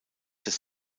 des